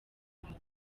iwabo